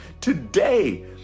Today